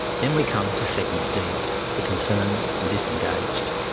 then we come to segment d the concerned and disengaged,